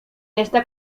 esta